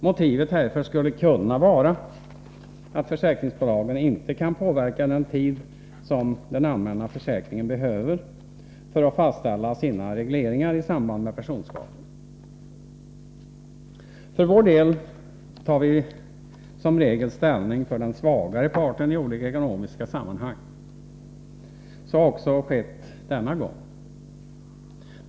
Motivet härför skulle kunna vara att försäkringsbolagen inte kan påverka den tid som den allmänna försäkringen behöver för att fastställa sina regleringar i samband med personskada. För vår del tar vi som regel ställning för den svagare parten i olika ekonomiska sammanhang. Så har också skett denna gång.